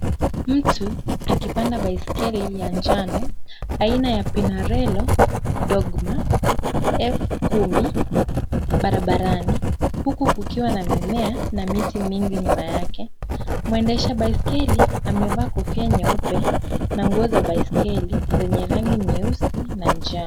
Mtu akipanda baiskeli ya njano aina ya Pinarello Gogma F10 barabarani, huku kukiwa na mimea na miti mingi nyuma yake. Mwendesha baiskeli amevaa kofia nyeupe na nguo za baiskeli zenye rangi nyeusi na njano.